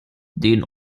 den